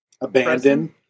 abandoned